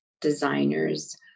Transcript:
designers